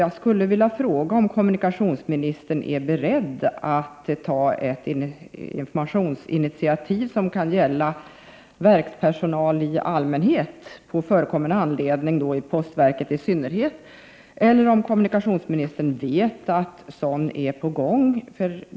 Jag skulle vilja fråga om kommunikationsministern är beredd att ta ett initiativ till information, som kan gälla verkens personal i allmänhet och, på förekommen anledning, postverkets i synnerhet. Vet kommunikationsministern möjligen om någon sådan information är på gång?